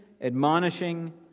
admonishing